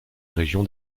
région